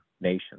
nation